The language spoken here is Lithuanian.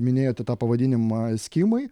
minėjote tą pavadinimą eskimai